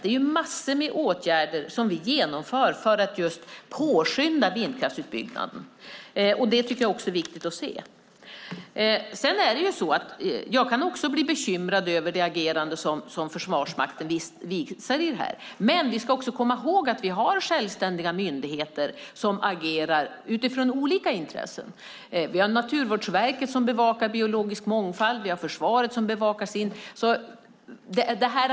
Det är massor av åtgärder vi genomför för att just påskynda vindkraftsutbyggnaden, och det tycker jag också är viktigt att se. Sedan kan jag också bli bekymrad över det agerande som Försvarsmakten visar i detta. Vi ska dock komma ihåg att vi har självständiga myndigheter som agerar utifrån olika intressen. Vi har Naturvårdsverket, som bevakar biologisk mångfald. Vi har försvaret, som bevakar sitt.